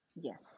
Yes